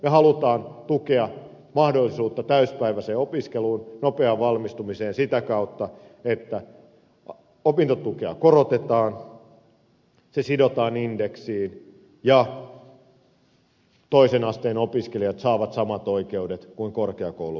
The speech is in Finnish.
me haluamme tukea mahdollisuutta täysipäiväiseen opiskeluun nopeaan valmistumiseen sitä kautta että opintotukea korotetaan se sidotaan indeksiin ja toisen asteen opiskelijat saavat samat oikeudet kuin korkeakouluopiskelijat